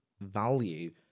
value